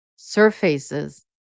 Surfaces